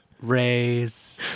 Raise